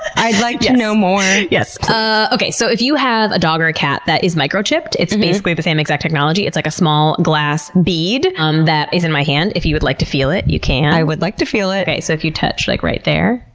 i'd like to know more. yes. but so if you have a dog or a cat that is microchipped, it's basically the same exact technology. it's like a small glass bead um that is in my hand. if you would like to feel it, you can. i would like to feel it. okay. so if you touch like right there,